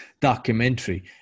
documentary